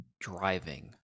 driving